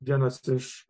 vienas iš